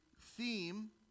theme